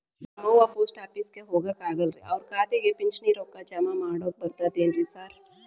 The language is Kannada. ನಮ್ ಅವ್ವ ಪೋಸ್ಟ್ ಆಫೇಸಿಗೆ ಹೋಗಾಕ ಆಗಲ್ರಿ ಅವ್ರ್ ಖಾತೆಗೆ ಪಿಂಚಣಿ ರೊಕ್ಕ ಜಮಾ ಮಾಡಾಕ ಬರ್ತಾದೇನ್ರಿ ಸಾರ್?